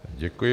Děkuji.